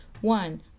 one